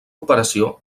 operació